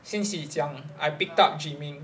since 你讲 I picked up gymming